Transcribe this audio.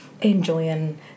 enjoying